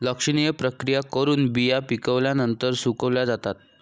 लक्षणीय प्रक्रिया करून बिया पिकल्यानंतर सुकवल्या जातात